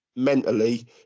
mentally